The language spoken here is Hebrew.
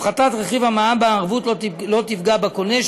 הפחתת רכיב המע״מ מהערבות לא תפגע בקונה,